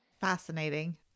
Fascinating